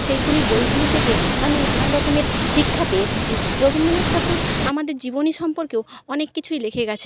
সেইগুলি বইগুলি থেকে আমি নানান রকমের শিক্ষা পেয়ে থাকি রবীন্দ্রনাথ ঠাকুর আমাদের জীবনী সম্পর্কেও অনেক কিছুই লিখে গেছেন